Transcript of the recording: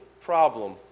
problem